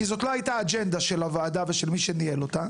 כי זו לא הייתה האג'נדה של הוועדה ושל מי שניהל אותה,